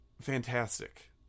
fantastic